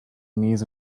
knees